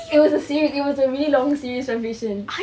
it was a series it was a really long series